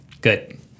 good